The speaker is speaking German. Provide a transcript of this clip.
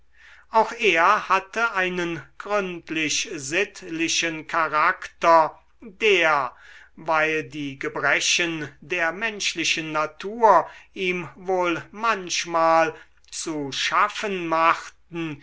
auch er hatte einen gründlich sittlichen charakter der weil die gebrechen der menschlichen natur ihm wohl manchmal zu schaffen machten